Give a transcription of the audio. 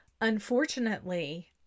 Unfortunately